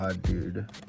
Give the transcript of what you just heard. dude